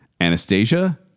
Anastasia